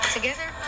Together